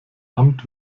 amt